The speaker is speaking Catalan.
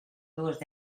dues